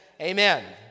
Amen